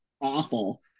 awful